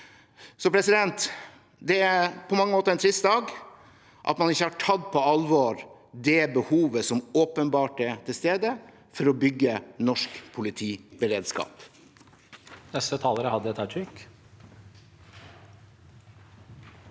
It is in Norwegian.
IKT. Dette er på mange måter en trist dag, at man ikke har tatt på alvor det behovet som åpenbart er til stede for å bygge norsk politiberedeskap.